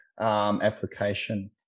application